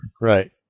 Right